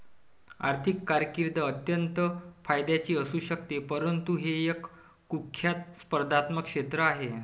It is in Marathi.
आर्थिक कारकीर्द अत्यंत फायद्याची असू शकते परंतु हे एक कुख्यात स्पर्धात्मक क्षेत्र आहे